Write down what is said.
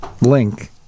link